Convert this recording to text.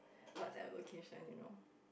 WhatsApp location you know